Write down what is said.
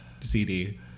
CD